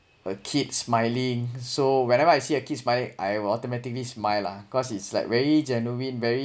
a kid smiling so whenever I see a kids smile I will automatically smile lah cause it's like very genuine very